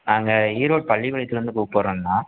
நாங்கள் ஈரோடு பள்ளிப்பாளையத்திலேருந்து கூப்பிட்ர்றோண்ணா